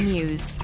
News